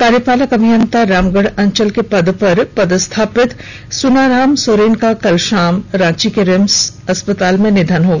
कार्यपालक अभियंता रामगढ़ अंचल के पद पर पदस्थापित सुनाराम सोरेन का कल शाम रांची के रिम्स अस्पताल में निधन हो गया